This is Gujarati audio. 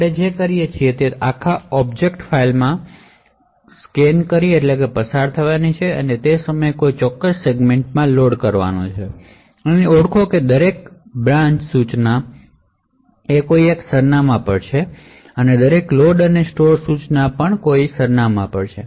આપણે જે કરીએ છીએ તે લોડીંગ વખતે આખી ઑબ્જેક્ટ ફાઇલ ચેક કરવાની છે અને બ્રાન્ચ ઇન્સટ્રકશન લીગલ સરનામાં પર છે અને દરેક લોડ અને સ્ટોર ઇન્સટ્રકશન પણ લીગલ સરનામાં પર છે તે ચેક કરવામાં આવે છે